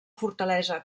fortalesa